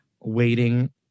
waiting